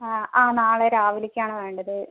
ആ ആ നാളെ രാവിലേക്കാണ് വേണ്ടത്